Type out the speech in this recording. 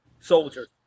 soldiers